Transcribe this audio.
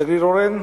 השגריר אורן,